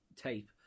tape